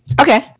Okay